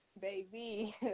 baby